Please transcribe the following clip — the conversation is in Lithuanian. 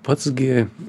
pats gi